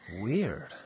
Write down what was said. Weird